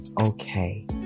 okay